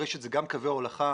הרשת זה גם קווי הולכה,